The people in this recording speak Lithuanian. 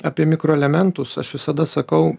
apie mikroelementus aš visada sakau